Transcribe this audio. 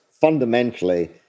fundamentally